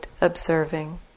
observing